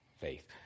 faith